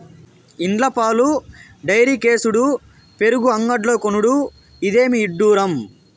ఇండ్ల పాలు డైరీకేసుడు పెరుగు అంగడ్లో కొనుడు, ఇదేమి ఇడ్డూరం